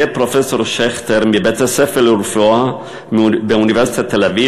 פרופסור שכטר מבית-הספר לרפואה באוניברסיטת תל-אביב.